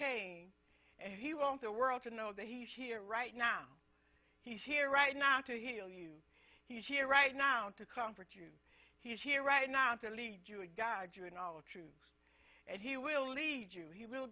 came and he won't the world to know that he's here right now he's here right now to heal you he is here right now to comfort you he is here right now to lead you a guide you in all truth and he will lead you he will